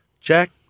Jack